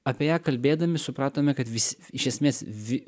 apie ją kalbėdami supratome kad visi iš esmės vi